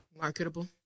marketable